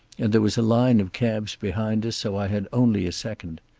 and there was a line of cabs behind us, so i had only a second.